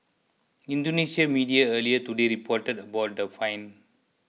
indonesian media earlier today reported about the fine